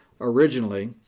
originally